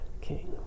king